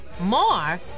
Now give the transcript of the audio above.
More